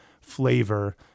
flavor